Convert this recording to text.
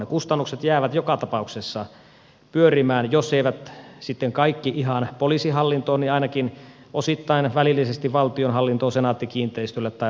ne kustannukset jäävät joka tapauksessa pyörimään jos eivät sitten kaikki ihan poliisihallintoon niin ainakin osittain välillisesti valtionhallintoon senaatti kiinteistöille tai vastaavasti